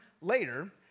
later